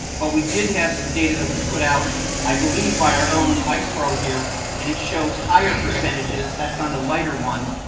but we did have some data that was put out, i believe by our own pro here. and it shows higher percentages that's on the lighter one,